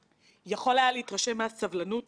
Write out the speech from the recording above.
שוב ביקשו לטעון כלפינו שאנחנו פופוליסטיים.